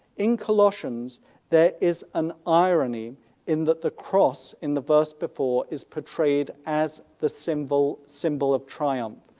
in colossians there is an irony in that the cross in the verse before is portrayed as the symbol symbol of triumph.